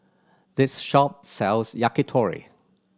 this shop sells Yakitori